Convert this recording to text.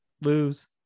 lose